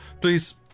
Please